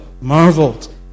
marveled